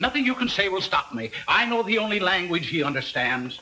nothing you can say will stop me i know the only language he understand